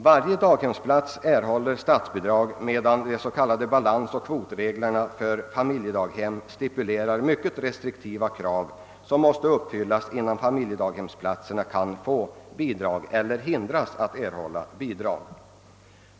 Varje daghemsplats erhåller statsbidrag, men de s.k. balansoch kvotreglerna för familjedaghemmen stipulerar mycket hårda krav som måste uppfyllas innan: familjedaghemsplatserna kan få bidrag.